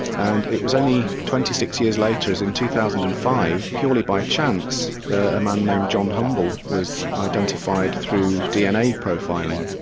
and it was only twenty six years later, it was in two thousand and five purely by chance a man named john humble was identified through dna profiling.